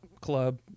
club